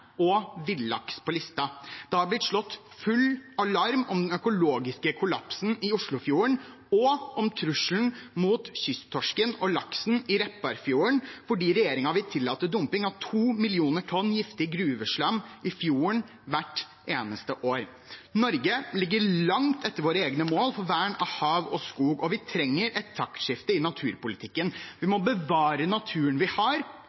og villaks på listen. Det er slått full alarm om den økologiske kollapsen i Oslofjorden og om trusselen mot kysttorsken og laksen i Repparfjorden fordi regjeringen vil tillate dumping av 2 millioner tonn giftig gruveslam i fjorden hvert eneste år. Norge ligger langt etter våre egne mål for vern av hav og skog, og vi trenger et taktskifte i naturpolitikken. Vi må bevare naturen vi har,